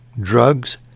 drugs